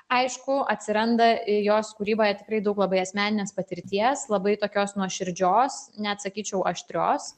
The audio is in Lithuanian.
aišku atsiranda i jos kūryboje tikrai daug labai asmeninės patirties labai tokios nuoširdžios net sakyčiau aštrios